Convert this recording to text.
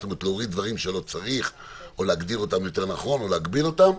זאת אומרת דברים שלא צריך או להגדיר אותם יותר נכון או להגביל אותם.